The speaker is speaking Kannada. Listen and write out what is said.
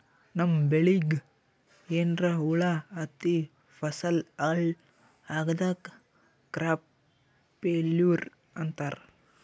ನಮ್ಮ್ ಬೆಳಿಗ್ ಏನ್ರಾ ಹುಳಾ ಹತ್ತಿ ಫಸಲ್ ಹಾಳ್ ಆಗಾದಕ್ ಕ್ರಾಪ್ ಫೇಲ್ಯೂರ್ ಅಂತಾರ್